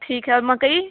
ठीक है और मकई